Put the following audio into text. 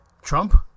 Trump